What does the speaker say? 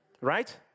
Right